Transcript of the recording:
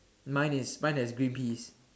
mine is pines and green peas